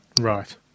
Right